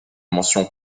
mention